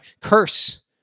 curse